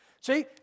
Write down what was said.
See